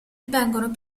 vengono